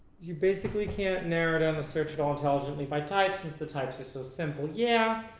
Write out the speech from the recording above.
you basically can't narrow down the search at all intelligently by types, since the types are so simple yeah